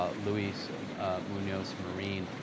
ah luis munoz marin,